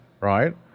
right